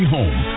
home